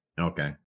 Okay